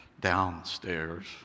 downstairs